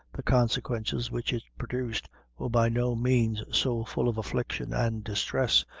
the consequences which it produced were by no means so full of affliction and distress,